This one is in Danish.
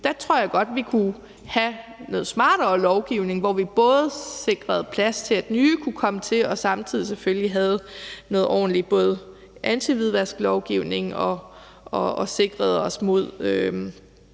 Der tror jeg godt, at vi kunne have noget smartere lovgivning, hvor vi både sikrede plads til, at nye kunne komme til, og samtidig selvfølgelig havde noget ordentligt antihvidvasklovgivning og sikrede os mod